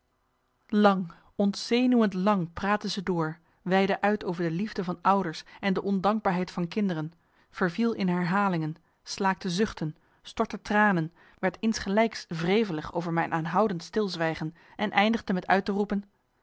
lang ontzenuwend lang praatte zij door weidde uit over de liefde van ouders en de ondankbaarheid van kinderen verviel in herhalingen slaakte zuchten stortte tranen werd insgelijks wrevelig over mijn aanhoudend stilzwijgen en eindigde met uit te roepen